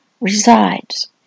resides